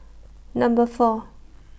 Number four